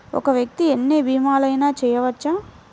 ఒక్క వ్యక్తి ఎన్ని భీమలయినా చేయవచ్చా?